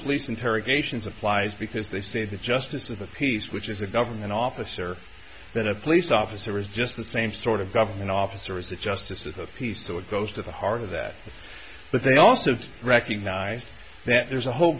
lease interrogations applies because they say the justice of the peace which is a government officer than a police officer is just the same sort of government officer as the justice of the peace so it goes to the heart of that but they also recognize that there's a whole